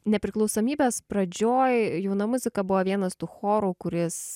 nepriklausomybės pradžioj jauna muzika buvo vienas tų chorų kuris